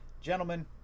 Gentlemen